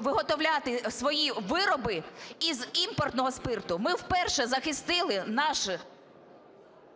виготовляти свої вироби із імпортного спирту. Ми вперше захистили…